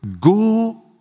go